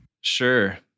Sure